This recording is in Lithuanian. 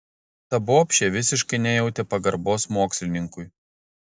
ta bobšė visiškai nejautė pagarbos mokslininkui